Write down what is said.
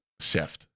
chef